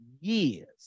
years